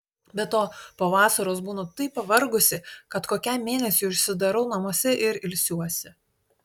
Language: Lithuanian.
be to po vasaros būnu taip pavargusi kad kokiam mėnesiui užsidarau namuose ir ilsiuosi